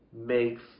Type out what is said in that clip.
makes